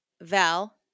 Val